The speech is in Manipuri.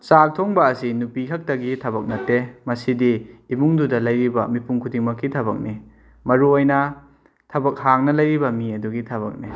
ꯆꯥꯛ ꯊꯣꯡꯕ ꯑꯁꯤ ꯅꯨꯄꯤ ꯈꯛꯇꯒꯤ ꯊꯕꯛ ꯅꯠꯇꯦ ꯃꯁꯤꯗꯤ ꯏꯃꯨꯡꯗꯨꯗ ꯂꯩꯔꯤꯕ ꯃꯤꯄꯨꯝ ꯈꯨꯗꯤꯡꯃꯛꯀꯤ ꯊꯕꯛꯅꯤ ꯃꯔꯨ ꯑꯣꯏꯅ ꯊꯕꯛ ꯍꯥꯡꯅ ꯂꯩꯔꯤꯕ ꯃꯤ ꯑꯗꯨꯒꯤ ꯊꯕꯛꯅꯤ